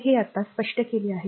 तर हे आता स्पष्ट केले आहे